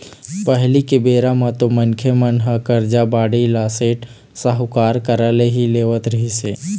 पहिली के बेरा म तो मनखे मन ह करजा, बोड़ी ल सेठ, साहूकार करा ले ही लेवत रिहिस हे